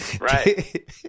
Right